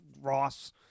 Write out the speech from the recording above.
Ross